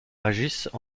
agissent